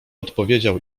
odpowiedział